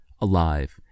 alive